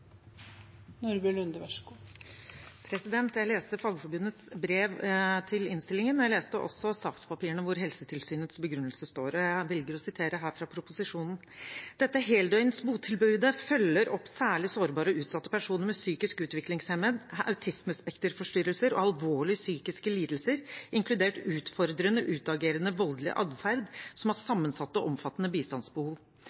Jeg leste Fagforbundets brev til innstillingen, og jeg leste også sakspapirene hvor Helsetilsynets begrunnelse står, og jeg velger å sitere fra proposisjonen: «Dette heldøgns botilbudet følger opp særlig sårbare og utsatte personer med psykisk utviklingshemming, autismespekterforstyrrelser og alvorlig psykiske lidelser som har sammensatte og omfattende bistandsbehov. De har